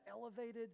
elevated